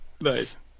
Nice